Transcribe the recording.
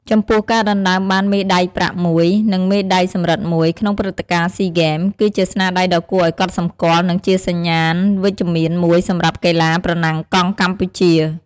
ចំពោះ ការដណ្ដើមបាន មេដៃប្រាក់មួយ និងមេដៃសំរឹទ្ធមួយ ក្នុងព្រឹត្តិការណ៍ស៊ីហ្គេម គឺជាស្នាដៃដ៏គួរឲ្យកត់សម្គាល់ និងជាសញ្ញាណវិជ្ជមានមួយសម្រាប់កីឡាប្រណាំងកង់កម្ពុជា។